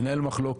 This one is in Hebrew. לנהל מחלוקת.